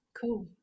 cool